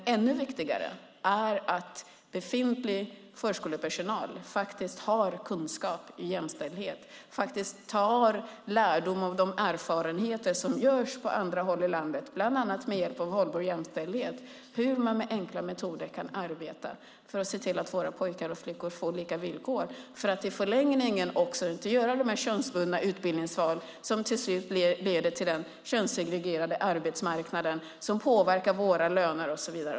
Men ännu viktigare är det att befintlig förskolepersonal faktiskt har kunskap i jämställdhet och faktiskt tar lärdom av de erfarenheter som görs på andra håll i landet, bland annat med hjälp av Hållbar jämställdhet, hur man med enkla metoder kan arbeta för att se till att våra pojkar och flickor får lika villkor för att de i förlängningen inte ska göra de könsbundna utbildningsval som till slut leder till den könssegregerade arbetsmarknaden som påverkar våra löner och så vidare.